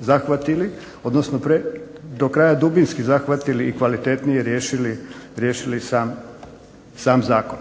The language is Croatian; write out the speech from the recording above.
da mi nismo do kraja dubinski zahvatili i do kraja riješili sam Zakon.